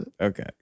Okay